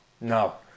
No